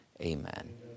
amen